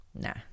nah